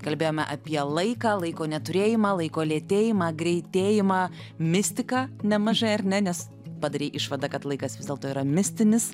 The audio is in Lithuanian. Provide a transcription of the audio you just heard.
kalbėjome apie laiką laiko neturėjimą laiko lėtėjimą greitėjimą mistiką nemažai ar ne nes padarei išvadą kad laikas vis dėlto yra mistinis